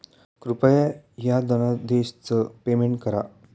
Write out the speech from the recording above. कृपया ह्या धनादेशच पेमेंट करा